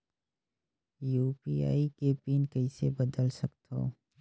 UPI के PIN कइसे बदल सकथव?